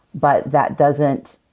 but that doesn't